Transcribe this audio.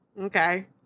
Okay